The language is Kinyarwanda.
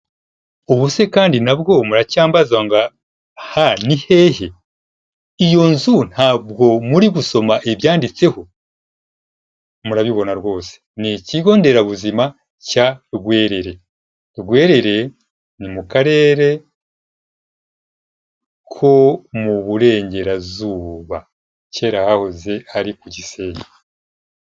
Ubu se kandi nabwo muracyambaza ngo aha ni hehe? Iyo nzu ntabwo muri gusoma ibyanditseho? Murabibona rwose ni ikigo nderabuzima cya Rwerere. Rwerereye ni mu karere ko mu burengerazuba kera hahoze ari ku Gisenyi.